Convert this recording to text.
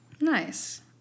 Nice